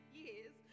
years